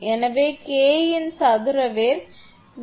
எனவே K இன் சதுர வேர் 0